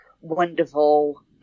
wonderful